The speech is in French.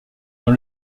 dans